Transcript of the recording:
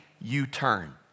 U-turn